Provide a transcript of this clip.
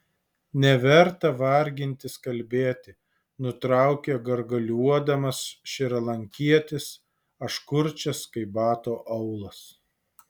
neverta vargintis kalbėti nutraukė gargaliuodamas šrilankietis aš kurčias kaip bato aulas